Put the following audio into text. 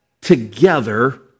together